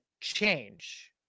change